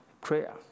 prayer